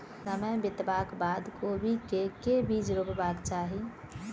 समय बितबाक बाद कोबी केँ के बीज रोपबाक चाहि?